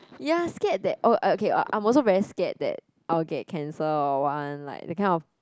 ya scared that oh okay I'm also very scared that I will get cancer or what one like that kind of